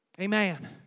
Amen